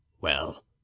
Well